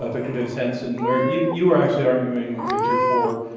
ah victor davis hanson, where you you are actually arguing, victor, for